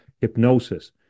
hypnosis